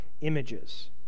images